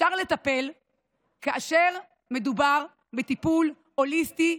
אפשר לטפל כאשר מדובר בטיפול הוליסטי,